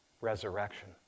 resurrection